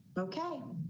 okay.